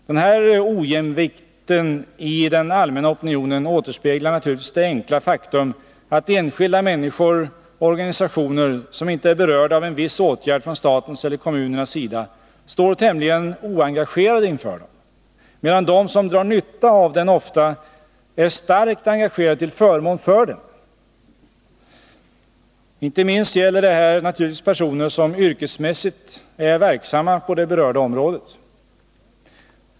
Den här ojämvikten i den allmänna opinionen återspeglar naturligtvis det enkla faktum, att enskilda människor och organisationer som inte är berörda av en viss åtgärd från statens eller kommunernas sida står tämligen oengagerade inför den, medan de som drar nytta av den ofta är starkt engagerade till förmån för den. Inte minst gäller detta naturligtvis personer, som yrkesmässigt är verksamma på det berörda området.